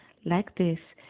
like this,